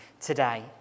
today